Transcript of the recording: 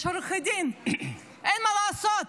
יש עורכי דין, אין מה לעשות.